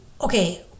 okay